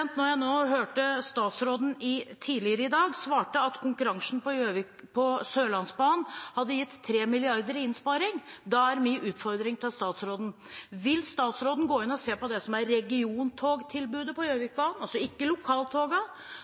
jeg tidligere i dag hørte statsråden svare at konkurransen på Sørlandsbanen hadde gitt 3 mrd. kr i innsparing, er min utfordring til statsråden: Vil statsråden gå inn og se på det som er regiontogtilbudet på Gjøvikbanen, altså ikke